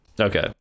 Okay